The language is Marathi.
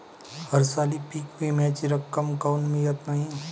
हरसाली पीक विम्याची रक्कम काऊन मियत नाई?